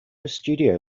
studio